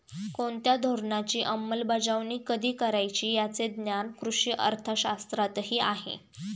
कोणत्या धोरणाची अंमलबजावणी कधी करायची याचे ज्ञान कृषी अर्थशास्त्रातही आहे